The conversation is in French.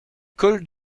col